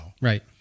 Right